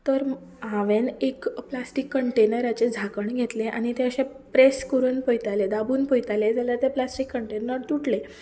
तर हांवें एक प्लास्टीक कंटेनराचें झांकण घेतलें आनी तें अशें प्रेस करून पयतालें धामून पयतालें जाल्यार तें प्लास्टीक कंटेनर तुटलें